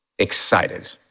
excited